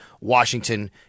Washington